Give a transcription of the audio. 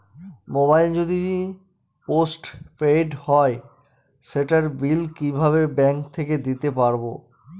Mobile যদি postpaid হয় সেটার বিল কিভাবে ব্যাংক থেকে দিতে পারব?